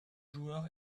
joueur